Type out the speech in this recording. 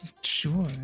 Sure